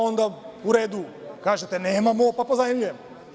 Onda u redu, kažete nemamo, pa pozajmljujemo.